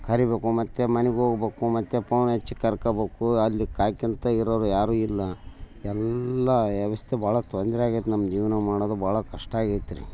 ಕರಿಬೇಕು ಮತ್ತು ಮನೆಗ್ ಹೋಗ್ಬಕು ಮತ್ತು ಪೋನ್ ಹಚ್ಚಿ ಕರ್ಕೋಬೊಕು ಅಲ್ಲಿ ಕಾಯ್ಕೊಂತ ಇರೋರು ಯಾರೂ ಇಲ್ಲ ಎಲ್ಲ ವ್ಯವಸ್ತೆ ಭಾಳ ತೊಂದರೆ ಆಗೈತೆ ನಮ್ಮ ಜೀವನ ಮಾಡೋದು ಭಾಳ ಕಷ್ಟ ಆಗೈತೆ ರೀ